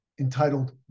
entitled